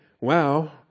wow